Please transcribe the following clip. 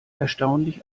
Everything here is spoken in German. erstaunlich